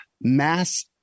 mass